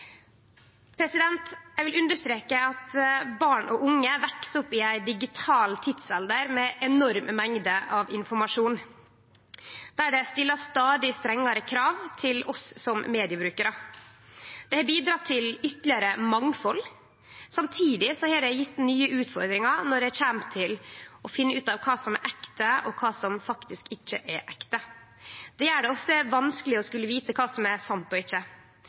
Eg vil understreke at barn og unge veks opp i ein digital tidsalder med enorme mengder av informasjon, der det blir stilt stadig strengare krav til oss som mediebrukarar. Det har bidrege til ytterlegare mangfald, samtidig har det gjeve nye utfordringar når det gjeld å finne ut av kva som er ekte, og kva som faktisk ikkje er ekte. Det gjer det ofte vanskeleg å vite kva som er sant og ikkje.